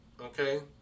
Okay